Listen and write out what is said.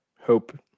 hope